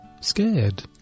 Scared